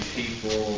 people